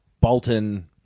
Bolton